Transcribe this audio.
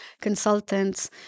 consultants